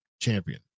champion